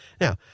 Now